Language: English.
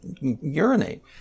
urinate